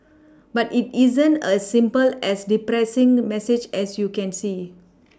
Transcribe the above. but it isn't as simple as depressing message as you can see